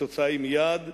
התוצאה היא שמייד,